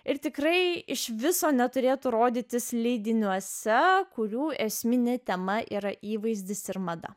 ir tikrai iš viso neturėtų rodytis leidiniuose kurių esminė tema yra įvaizdis ir mada